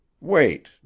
Wait